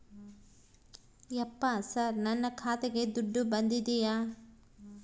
ಯಪ್ಪ ಸರ್ ನನ್ನ ಖಾತೆಗೆ ದುಡ್ಡು ಬಂದಿದೆಯ?